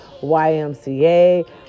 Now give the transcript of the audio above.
YMCA